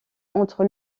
entre